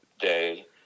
day